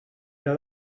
era